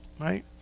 Right